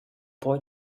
boy